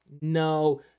No